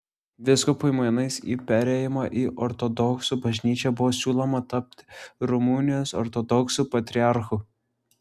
vyskupui mainais į perėjimą į ortodoksų bažnyčią buvo siūloma tapti rumunijos ortodoksų patriarchu